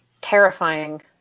terrifying